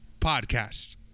podcast